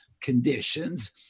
conditions